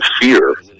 fear